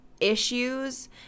issues